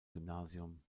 gymnasium